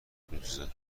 میدوزه